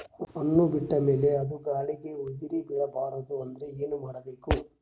ಹಣ್ಣು ಬಿಟ್ಟ ಮೇಲೆ ಅದ ಗಾಳಿಗ ಉದರಿಬೀಳಬಾರದು ಅಂದ್ರ ಏನ ಮಾಡಬೇಕು?